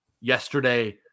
yesterday